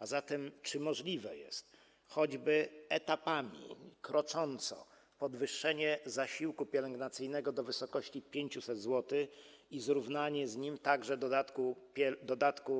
A zatem, czy możliwe jest choćby etapami, krocząco, podwyższenie zasiłku pielęgnacyjnego do wysokości 500 zł i zrównanie z nim także dodatku